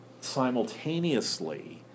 simultaneously